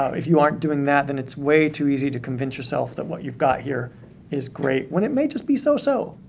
ah if you are doing that, then it's way too easy to convince yourself that what you've got here is great, when it may just be so-so.